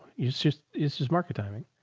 it's just, it's just market timing,